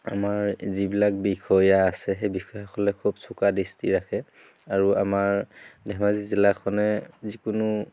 আমাৰ যিবিলাক বিষয়া আছে সেই বিষয়াসকলে খুব চোকা দৃষ্টি ৰাখে আৰু আমাৰ ধেমাজি জিলাখনে যিকোনো